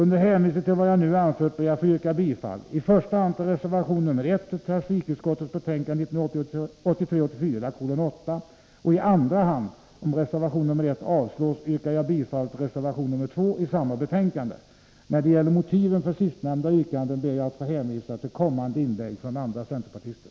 Med hänvisning till vad jag nu har anfört ber jag att få yrka bifall i första hand till reservation nr 1 vid trafikutskottets betänkande 1983/84:8. I andra hand — om reservation nr 1 avslås — yrkar jag bifall till reservation nr 2 i samma betänkande. När det gäller motiven för sistnämnda yrkanden ber jag att få hänvisa till kommande inlägg från andra centerpartister.